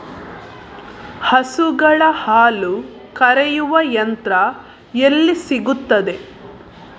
ಹಸುಗಳ ಹಾಲು ಕರೆಯುವ ಯಂತ್ರ ಎಲ್ಲಿ ಸಿಗುತ್ತದೆ?